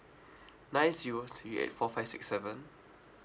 nine zero three eight four five six seven